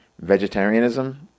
vegetarianism